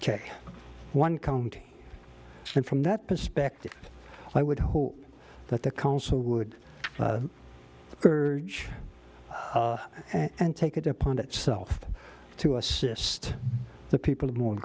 one county and from that perspective i would hope that the council would urge and take it upon itself to assist the people o